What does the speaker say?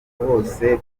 bose